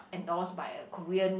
endorsed by a Korean